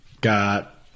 Got